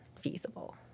feasible